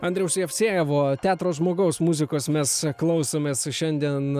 andriaus jevsejevo teatro žmogaus muzikos mes klausomės su šiandien